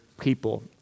people